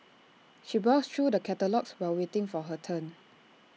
she browsed through the catalogues while waiting for her turn